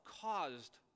caused